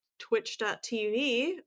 Twitch.tv